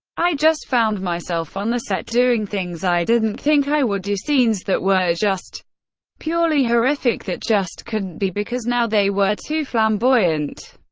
i just found myself on the set doing things i didn't think i would do scenes that were just purely horrific that just couldn't be, because now they were too flamboyant.